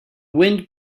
wind